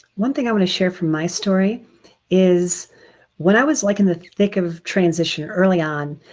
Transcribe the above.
one thing i want to share from my story is when i was like in the thick of transition, early on,